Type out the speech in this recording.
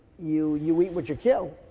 you, you eat what you kill.